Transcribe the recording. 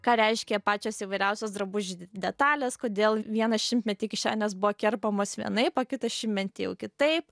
ką reiškia pačios įvairiausios drabužių detalės kodėl vieną šimtmetį kišenės buvo kerpamos vienaip o kitą šimtmetį jau kitaip